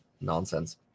nonsense